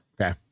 Okay